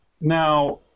now